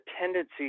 tendency